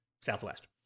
Southwest